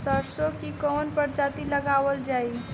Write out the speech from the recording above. सरसो की कवन प्रजाति लगावल जाई?